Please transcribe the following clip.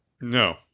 No